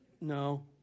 No